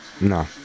no